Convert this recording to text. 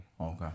Okay